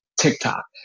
TikTok